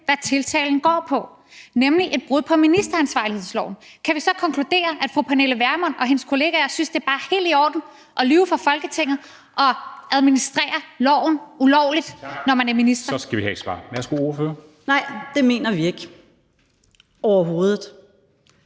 hvad tiltalen går på, nemlig et brud på ministeransvarlighedsloven. Kan vi så konkludere, at fru Pernille Vermund og hendes kollegaer synes, at det bare er helt i orden at lyve for Folketinget og at administrere loven ulovligt, når man er minister? Kl. 13:26 Formanden